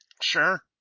Sure